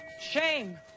shame